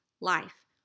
life